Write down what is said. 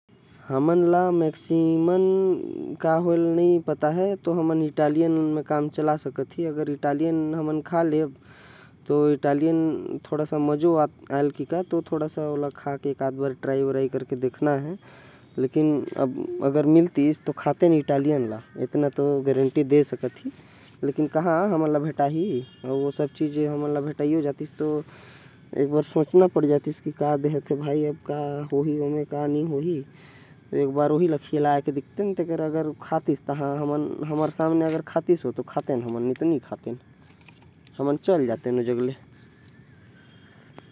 हमन ला मैक्सीकन का है नही पता है तो हमन इटालियन से काम चला ले। तेन इटालियन खा लेब मिलतिस तो खा लेतेन मगर सोचे के पड़तीस का खिलाही। ओ साथे खातीस तो हमन खा तेन नही तो ओ जग ले चले जातेंन।